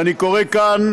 ואני קורא כאן